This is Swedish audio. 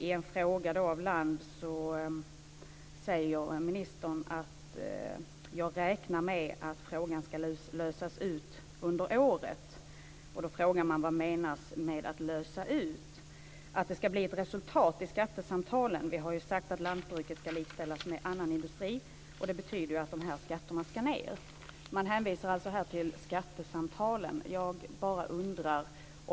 På en fråga av Land säger ministern: Jag räknar med att frågan skall lösas ut under året. Då frågar man sig: Vad menas med att "lösa ut"? Att det skall bli ett resultat i skattesamtalen? Vi har sagt att lantbruket skall likställas med annan industri. Det betyder att dessa skatter skall ned. Man hänvisar här till skattesamtalen.